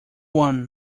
one